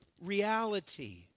reality